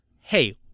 Hey